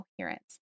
coherence